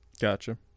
Gotcha